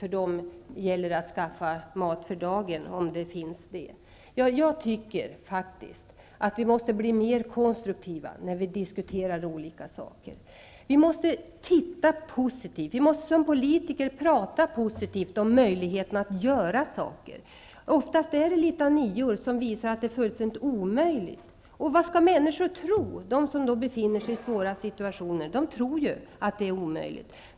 För dessa människor gäller det att skaffa mat för dagen -- om det nu finns någon sådan. Jag tycker faktiskt att vi måste bli mer konstruktiva när vi diskuterar olika frågor. Vi måste se positivt på saker. Som politiker måste vi tala positivt om möjligheterna att göra saker. Oftast är det fråga om litanior som visar att det är fullständigt omöjligt. Och vad skall de människor tro som befinner sig i svåra situationer? De tror ju att det är omöjligt.